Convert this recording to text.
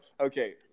okay